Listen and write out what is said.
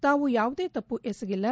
ತಾವು ಯಾವುದೇ ತಪ್ಪು ಎಸಗಿಲ್ಲ